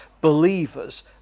believers